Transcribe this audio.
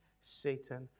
Satan